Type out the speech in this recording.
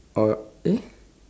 oh eh